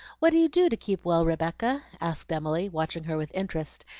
what do you do to keep well, rebecca? asked emily, watching her with interest,